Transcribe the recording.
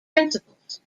principles